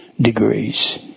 degrees